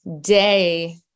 day